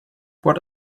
what